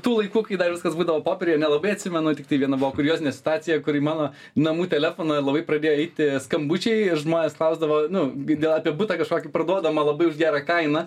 tų laikų kai dar viskas būdavo popieriuje nelabai atsimenu tiktai viena buvo kuriozinė situacija kur į mano namų telefoną labai pradėjo eiti skambučiai žmonės klausdavo nu gi apie butą kažkokį parduodamą labai už gerą kainą